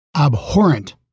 abhorrent